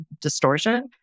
distortion